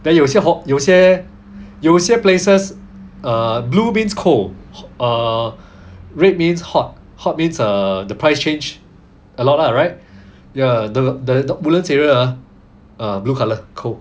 then 有些好有些有些 places uh blue means cold uh red means hot hot means err the price change a lot lah right ya the the woodlands area ah blue colour cold